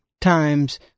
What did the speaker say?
times